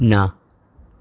ના